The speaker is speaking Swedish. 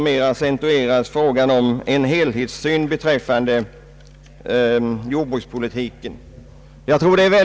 Även frågan om en helhetssyn beträffande jordbrukspolitiken har här aktualiserats.